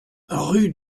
rue